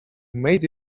made